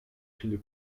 une